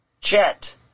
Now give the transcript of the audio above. chet